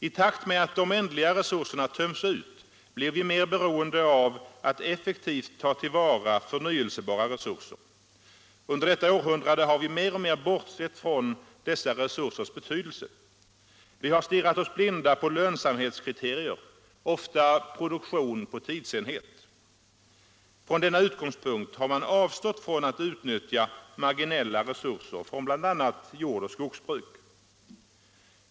I takt med att de ändliga resurserna tömmes ut blir vi mer beroende av att effektivt ta till vara förnyelsebara resurser. Under detta århundrade har vi mer och mer bortsett från dessa resursers betydelse. Vi har stirrat oss blinda på lönsamhetskriterier, ofta produktion per tidsenhet. Från denna utgångspunkt har man avstått från att utnyttja marginella resurser från bl.a. jord och skogsbruk.